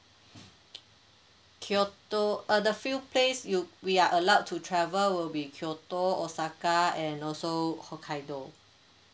kyoto uh the few place you we are allowed to travel will be kyoto osaka and also hokkaido